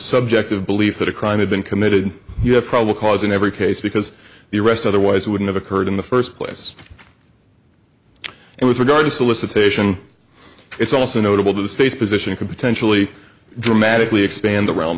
subjective belief that a crime had been committed you have probable cause in every case because the arrest otherwise wouldn't have occurred in the first place and with regard to solicitation it's also notable to the state's position could potentially dramatically expand